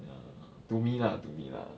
ya to me lah to me lah